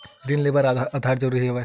ऋण ले बर आधार जरूरी हवय का?